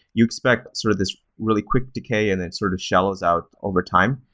you expect sort of this really quick decay and it sort of shallows out overtime.